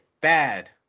Bad